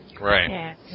right